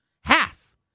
Half